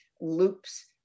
loops